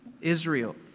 Israel